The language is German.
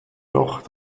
doch